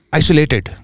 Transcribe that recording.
isolated